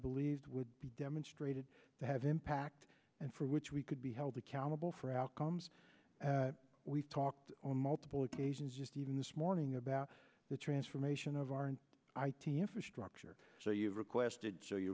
believed would be demonstrated to have impact and for which we could be held accountable for outcomes we've talked on multiple occasions just even this morning about the transformation of our in i t infrastructure so you've requested show